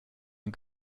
den